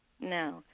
No